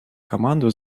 команду